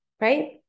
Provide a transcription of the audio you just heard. right